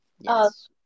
Yes